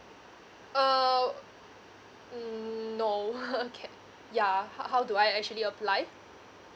uh mm no okay yeah how how do I actually apply